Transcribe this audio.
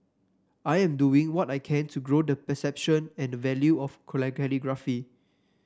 I'm just doing what I can to grow the perception and value of calligraphy